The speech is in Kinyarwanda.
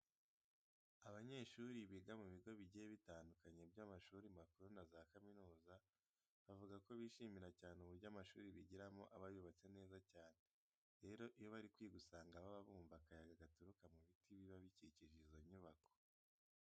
Abanyeshuri biga mu bigo bigiye bitandukanye byo mu mashuri makuru na za kaminuza, bavuga ko bishimira cyane uburyo amashuri bigiramo aba yubatse neza cyane. Rero iyo bari kwiga usanga baba bumva akayaga gaturuka mu biti biba bikikije izo nyubako.